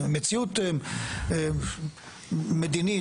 מציאות מדינית,